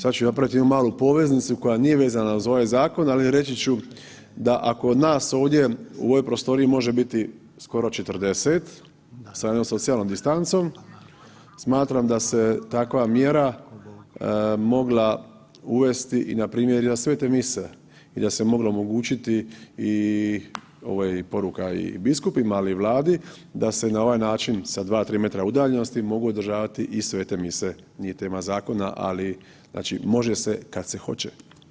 Sad ću napraviti jednu malu poveznicu koja nije vezana uz ovaj zakon, ali reći ću da ako od nas ovdje u ovoj prostoriji može biti skoro 40 sa jednom socijalnom distancom, smatram da se takva mjera mogla uvesti na primjerima svete mise i da se moglo omogućiti i, ovo je i poruka i biskupima, a i Vladi da se na ovaj način sa 2-3 metra udaljenosti mogu održavati i svete mise, nije tema zakona, znači može se kad se hoće.